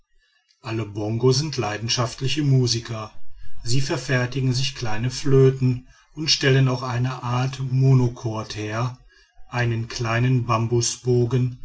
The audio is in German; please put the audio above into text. alle bongo sind leidenschaftliche musiker sie verfertigen sich kleine flöten und stellen auch eine art monochord her einen kleinen